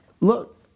look